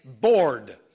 bored